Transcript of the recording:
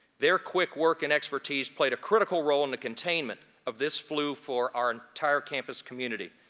their quick work and expertise played a critical role in the containment of this flu for our entire campus community.